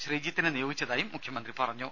ശ്രീജിത്തിനെ നിയോഗിച്ചതായും മുഖ്യമന്ത്രി പറഞ്ഞു